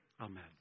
Amen